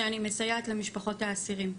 שאני מסייעת למשפחות האסירים.